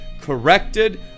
corrected